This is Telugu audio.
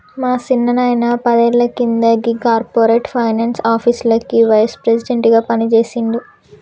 మా సిన్నాయిన పదేళ్ల కింద గీ కార్పొరేట్ ఫైనాన్స్ ఆఫీస్లకి వైస్ ప్రెసిడెంట్ గా పనిజేసిండు